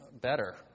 better